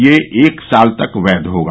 यह एक साल तक वैध होगा